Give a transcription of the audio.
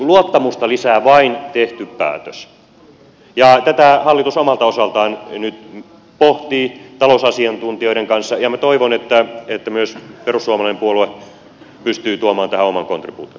luottamusta lisää vain tehty päätös ja tätä hallitus omalta osaltaan nyt pohtii talousasiantuntijoiden kanssa ja minä toivon että myös perussuomalainen puolue pystyy tuomaan tähän oman kontribuutionsa